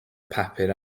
papur